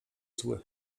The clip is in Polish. zły